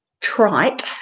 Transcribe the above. trite